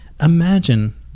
imagine